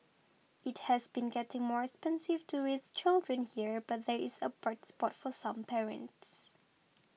it has been getting more expensive to raise children here but there is a bright spot for some parents